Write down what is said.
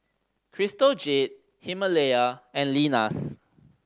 Crystal Jade Himalaya and Lenas